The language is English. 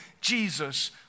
Jesus